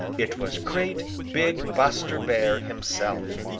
it was great, big buster bear himself.